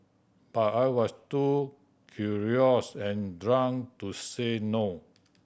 but I was too curious and drunk to say no